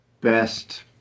best